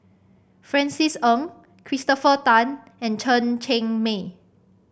Francis Ng Christopher Tan and Chen Cheng Mei